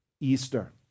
Easter